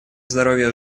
здоровья